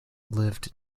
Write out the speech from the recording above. lived